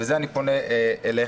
וכאן אני פונה אליך,